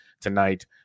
tonight